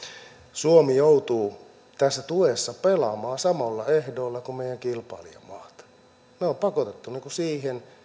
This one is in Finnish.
suomi joutuu tässä tuessa pelaamaan samoilla ehdoilla kuin meidän kilpailijamaat meidät on pakotettu siihen